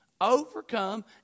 Overcome